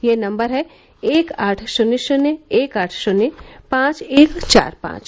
यह नम्बर है एक आठ शून्य शून्य एक आठ शून्य पांच एक चार पांच